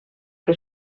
que